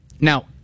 Now